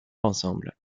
ensemble